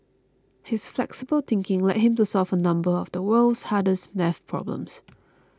his flexible thinking led him to solve a number of the world's hardest math problems